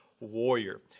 warrior